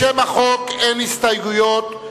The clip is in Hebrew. לשם החוק אין הסתייגויות,